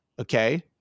okay